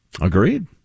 Agreed